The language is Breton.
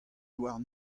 warn